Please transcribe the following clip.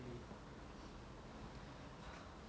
ரசம்:rasam lah ரசம்:rasam